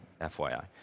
FYI